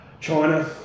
China